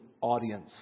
audience